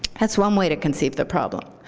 that's one way to conceive the problem.